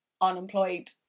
unemployed